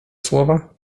słowa